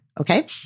Okay